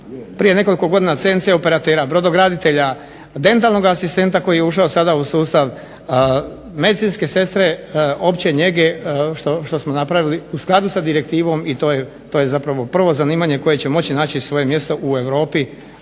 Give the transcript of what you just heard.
prije nekoliko godina CNC operatera, brodograditelja, dentalnog asistenta koji je ušao sada u sustav, medicinske sestre opće njege što smo napravili u skladu sa direktivom i to je zapravo prvo zanimanje koje će moći naći svoje mjesto u Europi